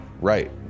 right